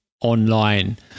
online